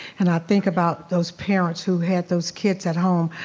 and i think about those parents who had those kids at home,